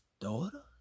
daughter